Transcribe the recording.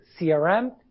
CRM